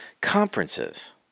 conferences